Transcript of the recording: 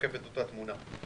משקף את אותה תמונה.